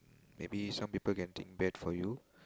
mm maybe some people can think bad for you